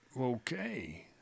okay